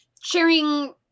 sharing –